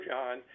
John